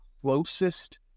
closest